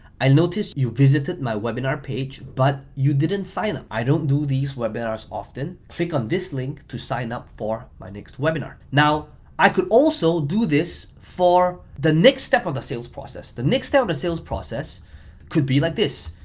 i noticed you visited my webinar page, but you didn't sign up. i don't do these webinars often click on this link to sign up for my next webinar. now, i could also do this for the next step of the sales process. the next step of the sales process could be like this.